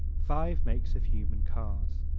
five makes of human cars